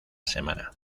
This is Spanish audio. semana